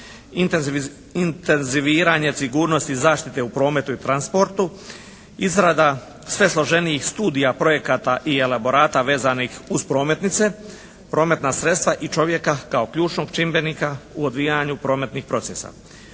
intenziviranje sigurnosti zaštite u prometu i transportu, izrada sve složenijih studija projekata i elaborata vezanih uz prometnice, prometna sredstva i čovjeka kao ključnog čimbenika u odvijanju prometnih procesa.